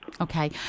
Okay